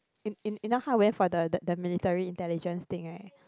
you you know how I went for the the military intelligence thing [right]